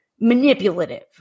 manipulative